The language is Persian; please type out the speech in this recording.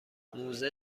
موزه